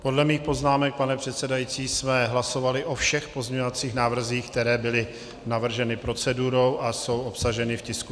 Podle mých poznámek, pane předsedající, jsme hlasovali o všech pozměňovacích návrzích, které byly navrženy procedurou a jsou obsaženy v tisku 998/3.